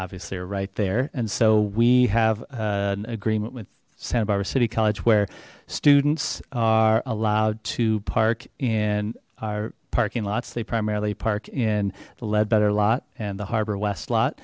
obviously are right there and so we have an agreement with santa barbara city college where students are allowed to park in our parking lots they primarily park in the ledbetter lot and the harbor wes